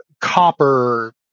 Copper